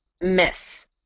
Miss